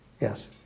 Yes